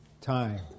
time